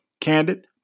candid